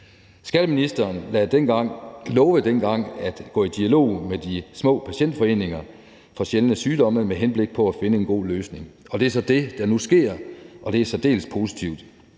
Skatteministeren lovede dengang at gå i dialog med de små patientforeninger for sjældne sygdomme med henblik på at finde en god løsning, og det er så det, der nu sker, og det er særdeles positivt.